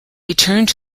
returned